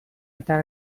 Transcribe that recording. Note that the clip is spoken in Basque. eta